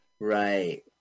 Right